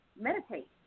meditate